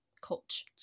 coach